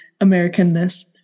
Americanness